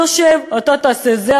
הוא יושב: אתה תעשה זה,